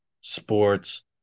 Sports